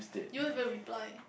you haven't reply